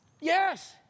yes